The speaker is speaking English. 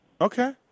Okay